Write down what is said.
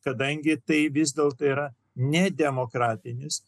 kadangi tai vis dėlto yra ne demokratinis